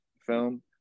film